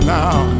now